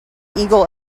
eagle